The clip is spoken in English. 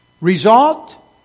Result